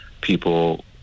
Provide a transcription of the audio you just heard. people